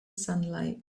sunlight